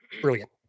brilliant